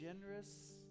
Generous